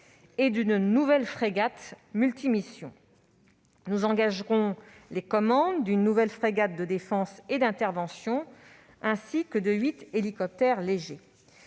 et d'une nouvelle frégate multimissions. Nous engagerons les commandes d'une nouvelle frégate de défense et d'intervention ainsi que de 8 hélicoptères légers.